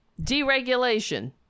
deregulation